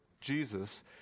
Jesus